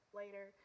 later